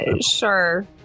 Sure